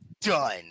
Done